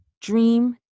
dream